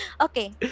Okay